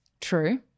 True